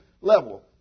level